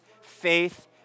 Faith